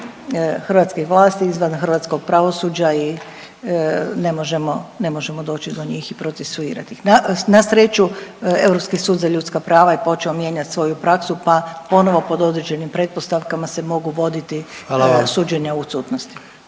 hrvatskih vlasti izvan hrvatskog pravosuđa i ne možemo doći do njih i procesuirati ih. Na sreću Europski sud za ljudska prava je počeo mijenjat svoju praksu pa ponovo pod određenim pretpostavkama se mogu voditi …/Upadica